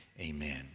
amen